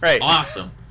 awesome